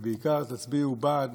ובעיקר תצביעו בעד